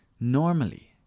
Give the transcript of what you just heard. normally